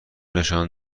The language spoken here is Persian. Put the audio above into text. نشان